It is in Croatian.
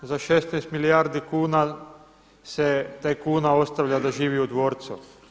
Za 16 milijardi kuna se tajkuna ostavlja da živi u dvorcu.